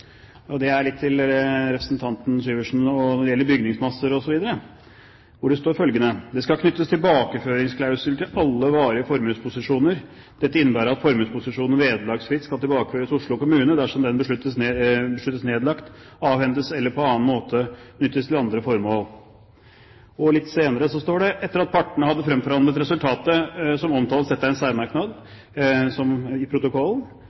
det er litt til representanten Syversen når det gjelder bygningsmasser osv. – hvor det står følgende: «Det skal knyttes tilbakeføringsklausuler til alle varige formuesposisjoner. Dette innebærer at formuesposisjonen vederlagsfritt skal tilbakeføres Oslo kommune dersom den besluttes nedlagt, avhendes eller på annen måte benyttes til andre formål.» Litt senere står det: «Etter at partene hadde fremforhandlet resultatet som omtales» – dette er en særmerknad i protokollen